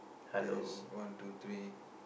test one two three